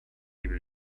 able